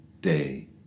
day